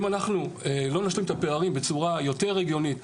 אנחנו רוצים לעשות את זה גם עם נגב-גליל -- שוויון חברתי זה תכנית